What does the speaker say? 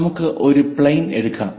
നമുക്ക് ഒരു പ്ലെയിൻ എടുക്കാം